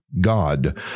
God